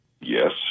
yes